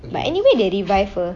but anyway they revive her